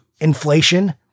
inflation